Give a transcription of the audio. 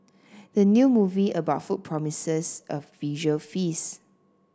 the new movie about food promises a visual feast